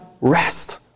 rest